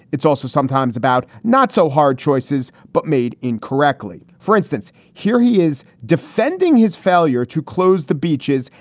it's also sometimes about not so hard choices, but made incorrectly. for instance, here he is defending his failure to close the beaches.